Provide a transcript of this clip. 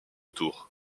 tours